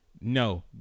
No